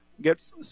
get